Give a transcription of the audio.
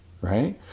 Right